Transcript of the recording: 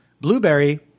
blueberry